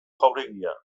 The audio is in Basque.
jauregia